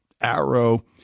arrow